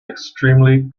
extremely